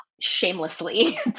shamelessly